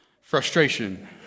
Frustration